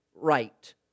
right